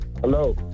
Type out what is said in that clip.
Hello